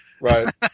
right